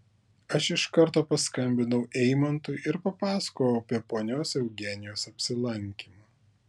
aš iš karto paskambinau eimantui ir papasakojau apie ponios eugenijos apsilankymą